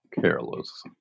careless